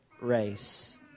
race